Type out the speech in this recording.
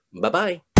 Bye-bye